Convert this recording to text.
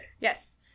Yes